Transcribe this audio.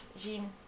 Jean